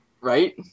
Right